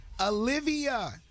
Olivia